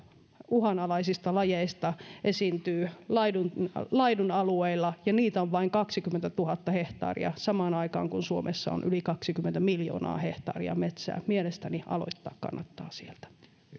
uhanalaisista lajeista esiintyy laidunalueilla laidunalueilla ja niitä on vain kaksikymmentätuhatta hehtaaria samaan aikaan kun suomessa on yli kaksikymmentä miljoonaa hehtaaria metsää mielestäni aloittaa kannattaa sieltä